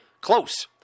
Close